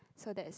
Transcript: so that's